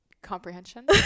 comprehension